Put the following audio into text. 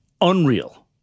unreal